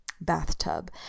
bathtub